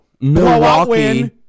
Milwaukee